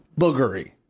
boogery